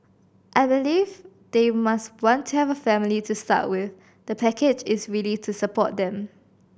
I believe they must want to have a family to start with the package is really to support them